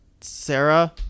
Sarah